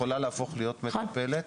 יכולה להפוך להיות מטפלת.